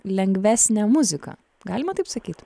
lengvesnę muziką galima taip sakyt